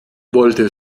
wollte